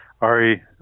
Ari